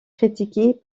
critiqués